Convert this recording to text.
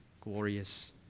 glorious